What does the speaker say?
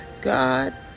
God